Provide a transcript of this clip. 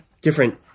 different